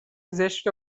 زشت